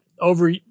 over